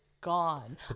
gone